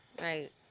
right